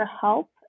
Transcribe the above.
help